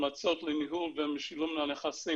המלצות לניהול ו --- נכסים.